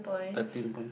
thirteen points